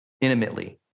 intimately